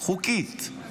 חוקית.